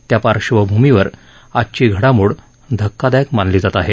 त्या पार्श्वभूमीवर आजची घडामोड धक्कादायक मानली जात आहे